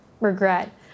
regret